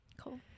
cool